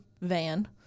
van